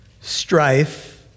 strife